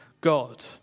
God